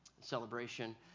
celebration